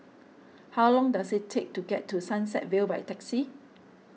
how long does it take to get to Sunset Vale by taxi